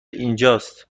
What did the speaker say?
اینجاست